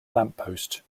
lamppost